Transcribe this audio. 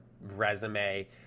resume